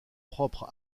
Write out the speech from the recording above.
propre